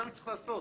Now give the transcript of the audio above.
זה מה שצריך לעשות,